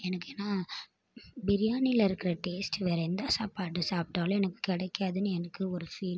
எனக்கு ஏன்னா பிரியாணியில் இருக்கிற டேஸ்ட் வேற எந்த சாப்பாடு சாப்பிட்டாலும் எனக்கு கிடைக்காதுனு எனக்கு ஒரு ஃபீல்